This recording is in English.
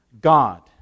God